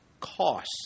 costs